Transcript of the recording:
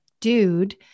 dude